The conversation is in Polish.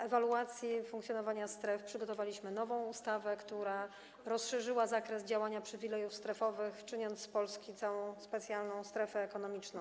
Po ewaluacji funkcjonowania stref przygotowaliśmy nową ustawę, która rozszerzyła zakres działania przywilejów strefowych, czyniąc z Polski całą specjalną strefę ekonomiczną.